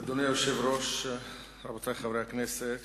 אדוני היושב-ראש, רבותי חברי הכנסת,